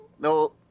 no